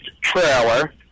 trailer